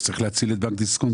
אז צריך להציל את בנק דיסקונט,